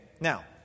Now